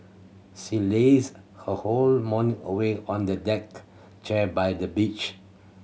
she lazed her whole morning away on the deck chair by the beach